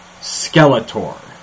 Skeletor